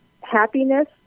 happiness